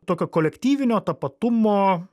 tokio kolektyvinio tapatumo